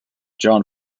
john